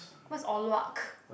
what's Or-Lua